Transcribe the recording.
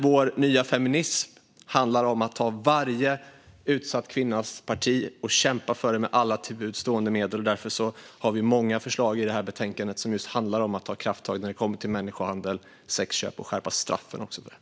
Vår nya feminism handlar om att ta varje utsatt kvinnas parti och kämpa för det med alla till buds stående medel. Därför har vi många förslag i betänkandet som handlar om att ta krafttag när det kommer till människohandel och sexköp och till att skärpa straffen.